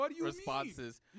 responses